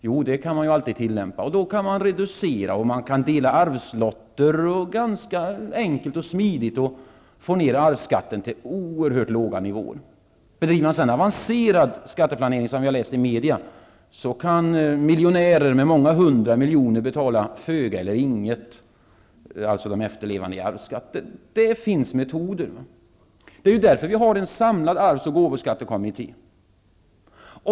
Jo, det kan man ju alltid tillämpa. Man kan reducera och dela arvslotter ganska enkelt och smidigt och få ner arvsskatten till oerhört låga nivåer. Bedriver man sedan avancerad skatteplanering, som vi har läst om i media, kan de efterlevande till miljonärer med många hundra miljoner betala föga eller inget i arvsskatt. Det finns metoder. Det är därför vi har en samlad arvs och gåvoskattekommitté.